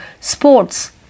sports